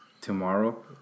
tomorrow